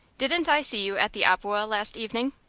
didn't i see you at the opewa last evening?